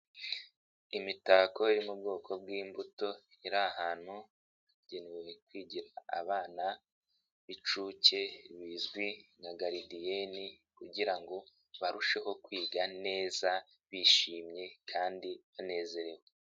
Imitako yo mu bwoko bw'imbuto, iri ahantu hagenewe kwigira abana b'inshuke, bizwi nka garidiyeni kugira ngo barusheho kwiga neza, bishimye kandi banezerewe.